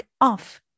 off